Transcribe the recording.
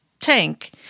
tank